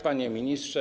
Panie Ministrze!